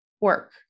work